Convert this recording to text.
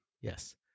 Yes